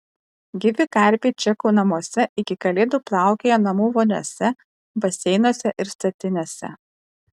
gyvi karpiai čekų namuose iki kalėdų plaukioja namų voniose baseinuose ir statinėse